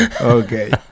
okay